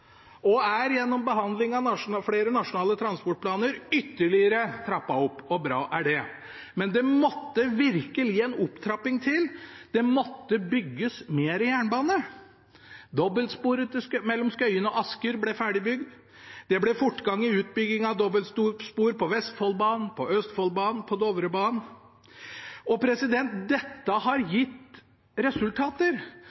og er gjennom behandling av flere nasjonale transportplaner ytterligere trappet opp. Og bra er det. Men det måtte virkelig en opptrapping til, det måtte bygges mer jernbane. Dobbeltspor mellom Skøyen og Asker ble ferdigbygd, det ble fortgang i utbygging av dobbeltspor på Vestfoldbanen, på Østfoldbanen, og på Dovrebanen. Dette har